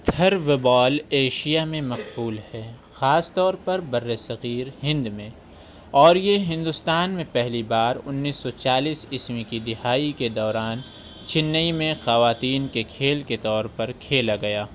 through بال Asia میں مقبول ہے خاص طور پر برِ صغیر ہند میں اور یہ ہندوستان میں پہلی بار انیس سو چالیس عیسوی کی دہائی کے دوران چنئی میں خواتین کے کھیل کے طور پر کھیلا گیا